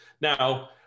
Now